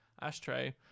ashtray